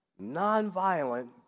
nonviolent